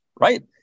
right